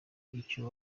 icyo